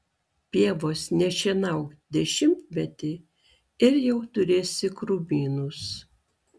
pievos nešienauk dešimtmetį ir jau turėsi krūmynus